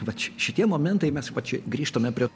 vat ši šitie momentai mes čia grįžtame prie